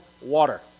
water